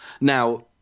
Now